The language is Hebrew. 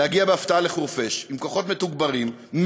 להגיע בהפתעה לחורפיש עם כוחות מתוגברים,